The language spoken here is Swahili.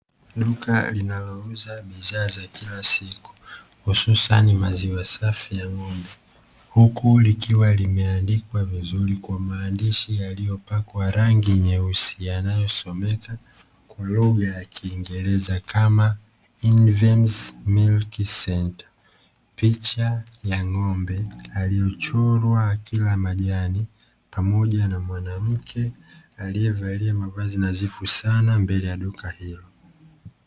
Duka linalouza bidhaa za kila siku hususan maziwa safi ya ng'ombe, huku likiwa limeandikwa vizuri kwa maandishi yaliyopakwa rangi nyeusi yanayosomeka kwa lugha ya kiingereza kama " INVEMS MILK CENTER ". Picha ya ng'ombe aliyechorwa akila majani pamoja na mwanamke aliyevalia mavazi nadhifu sana mbele ya duka hilo.